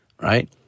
right